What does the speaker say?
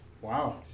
Wow